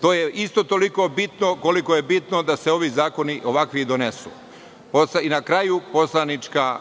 To je isto toliko bitno koliko je bitno da se ovi zakoni ovakvi donesu. Na kraju, poslanička